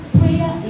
prayer